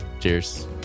Cheers